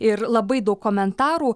ir labai daug komentarų